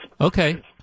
Okay